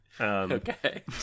Okay